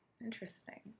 interesting